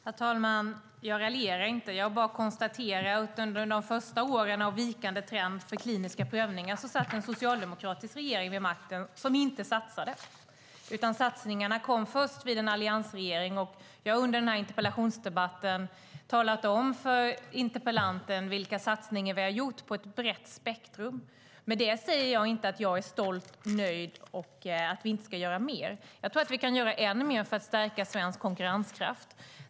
Herr talman! Jag raljerar inte. Jag bara konstaterar att under de första åren av vikande trend för kliniska prövningar satt en socialdemokratisk regering vid makten som inte satsade. Satsningarna kom först med alliansregeringen. Jag har under interpellationsdebatten talat om för interpellanten vilka satsningar vi har gjort i ett brett spektrum. Med det säger jag inte att jag är stolt eller nöjd eller att vi inte ska göra mer. Jag tror att vi kan göra ännu mer för att stärka svensk konkurrenskraft.